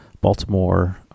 baltimore